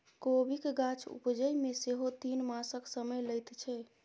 कोबीक गाछ उपजै मे सेहो तीन मासक समय लैत छै